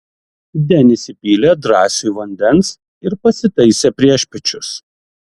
denis įpylė drąsiui vandens ir pasitaisė priešpiečius